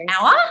hour